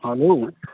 hello